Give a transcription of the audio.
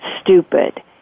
stupid